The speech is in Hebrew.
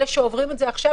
אלה שעוברים את זה עכשיו,